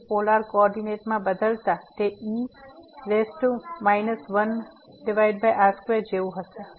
તેથી પોલાર કોઓર્ડિનેટમાં બદલતા તે e 1r2 જેવું હશે